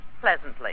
pleasantly